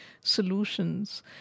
solutions